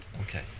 Okay